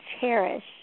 cherish